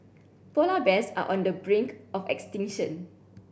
polar bears are on the brink of extinction